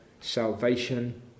salvation